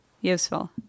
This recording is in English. Useful